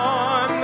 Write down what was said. on